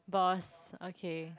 boss okay